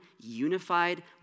unified